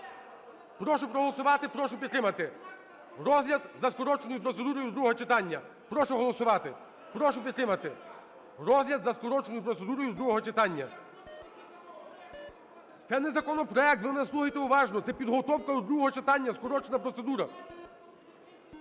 Прошу проголосувати. Прошу підтримати. Розгляд за скороченою процедурою до другого читання, прошу голосувати, прошу підтримати. Розгляд за скороченою процедурою до другого читання. Це не законопроект. Ви не слухаєте уважно. Це підготовка до другого читання, скорочена процедура.